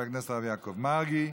חבר הכנסת יעקב מרגי.